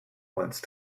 once